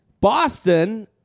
Boston